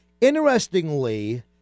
Interestingly